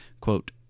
quote